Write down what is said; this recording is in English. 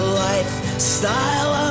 lifestyle